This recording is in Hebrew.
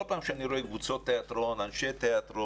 כל פעם כשאני רואה קבוצות תיאטרון, אנשי תיאטרון,